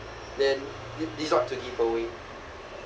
then th~ this to give away